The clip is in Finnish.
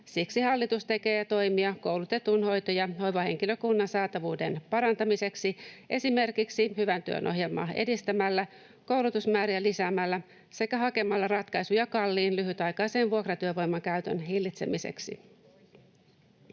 Siksi hallitus tekee toimia koulutetun hoito- ja hoivahenkilökunnan saatavuuden parantamiseksi esimerkiksi Hyvän työn ohjelmaa edistämällä, koulutusmääriä lisäämällä sekä hakemalla ratkaisuja kalliin, lyhytaikaisen vuokratyövoiman käytön hillitsemiseksi.